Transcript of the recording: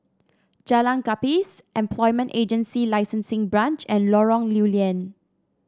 Jalan Gapis Employment Agency Licensing Branch and Lorong Lew Lian